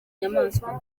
nyamaswa